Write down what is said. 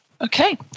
Okay